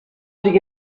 دیگه